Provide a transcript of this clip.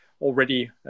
already